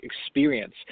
experience